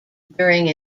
during